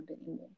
anymore